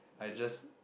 I just